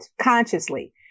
consciously